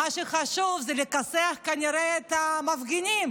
מה שחשוב זה לכסח כנראה את המפגינים